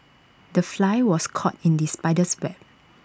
the fly was caught in the spider's web